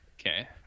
Okay